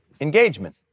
engagement